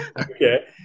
Okay